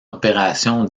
opération